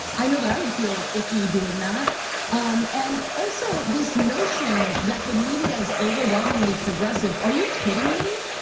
i know that i would feel icky doing that um and also this notion that the media is overwhelmingly progressive. are you kidding me?